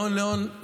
מהון להון,